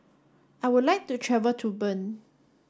I would like to travel to Bern